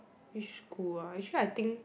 which school ah actually I think